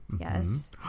Yes